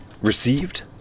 Received